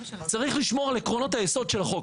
צריך לשמור על עקרונות היסוד של החוק.